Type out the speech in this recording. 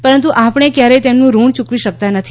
પરંતુ આપણે કયારેય તેનું ઋણ ચુકવી શકતા નથી